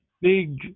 big